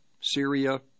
Syria